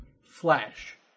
flash